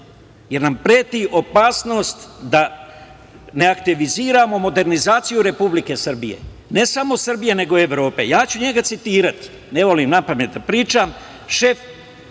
jer nam preti opasnost da ne aktiviziramo modernizaciju Republike Srbije, ne samo Srbije nego Evrope. Citiraću ga, ne volim napamet da pričam. Šef